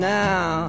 now